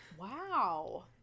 Wow